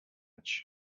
edge